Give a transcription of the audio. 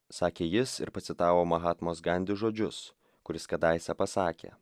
sakė jis ir pacitavo mahatmos gandi žodžius kuris kadaise pasakė